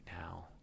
now